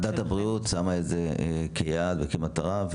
ועדת הבריאות שמה את זה כיעד וכמטרה,